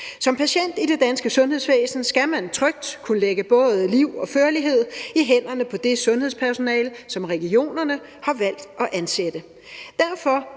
Som patient i det danske sundhedsvæsen skal man trygt kunne lægge både liv og førlighed i hænderne på det sundhedspersonale, som regionerne har valgt at ansætte.